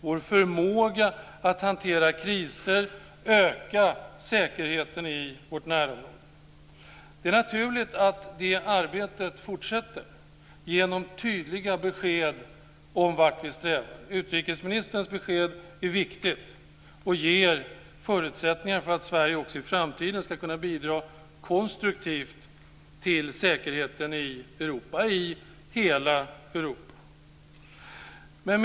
Vår förmåga att hantera kriser ökar säkerheten i vårt närområde. Det är naturligt att det arbetet fortsätter genom tydliga besked om vart vi strävar. Utrikesministerns besked är viktigt och ger förutsättningar för att Sverige också i framtiden ska kunna bidra konstruktivt till säkerheten i hela Europa. Fru talman!